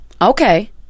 Okay